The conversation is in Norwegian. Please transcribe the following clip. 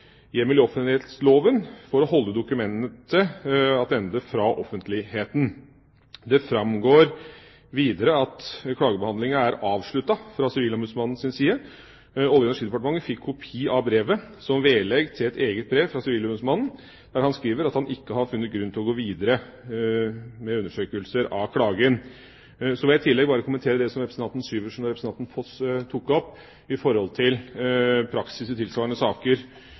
i offentleglova for å halde dokumentet attende frå offentlegheita.» Det framgår videre at klagebehandlinga er avsluttet fra Sivilombudsmannens side. Olje- og energidepartementet fikk kopi av brevet som vedlegg til et eget brev fra Sivilombudsmannen, der han skriver at han ikke har funnet grunn til å gå videre med undersøkelser av klagen. Så vil jeg i tillegg bare kommentere det som representanten Syversen og representanten Foss tok opp med hensyn til praksis i tilsvarende saker